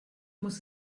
muss